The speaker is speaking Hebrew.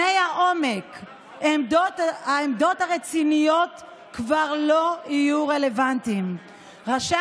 אחד האנשים שהיה בוועדה היה בעצם אח שכול,